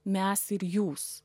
mes ir jūs